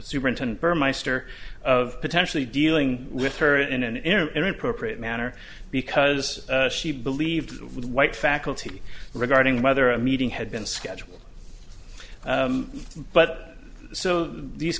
superintendent burmeister of potentially dealing with her in an air inappropriate manner because she believed white faculty regarding whether a meeting had been scheduled but so these